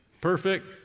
Perfect